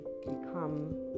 become